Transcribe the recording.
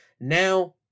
now